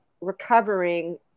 recovering